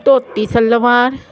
dhoti salwar